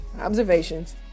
observations